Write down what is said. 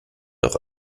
auch